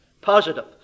Positive